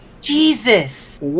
Jesus